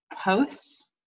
posts